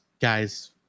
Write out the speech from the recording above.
guys